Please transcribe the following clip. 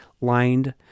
lined